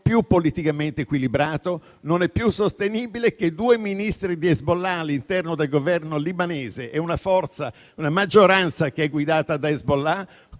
e politicamente equilibrato, non è più sostenibile che due Ministri di Hezbollah all'interno del Governo libanese e una maggioranza guidata da Hezbollah